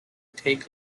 take